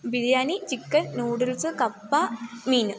biryani chicken noodles കപ്പ മീൻ